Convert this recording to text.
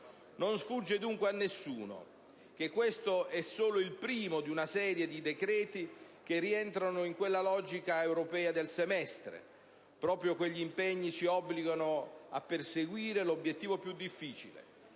Non sfugge dunque a nessuno che questo è solo il primo di una serie di decreti che rientrano in quella logica europea del semestre. Proprio quegli impegni ci obbligano a perseguire l'obiettivo più difficile: